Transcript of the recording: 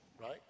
Right